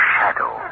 Shadow